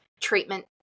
treatment